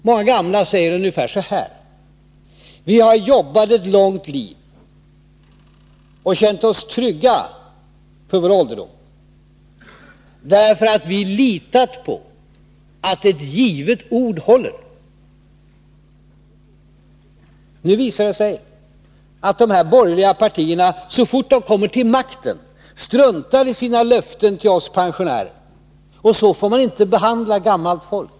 Många gamla säger ungefär så här: Vi har jobbat ett långt liv och känt oss trygga för vår ålderdom, därför att vi litat på att ett givet ord håller. Nu visar det sig att de borgerliga partierna, så fort de kommer till makten, struntar i sina löften till oss pensionärer. Så får man inte behandla gammalt folk.